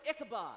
Ichabod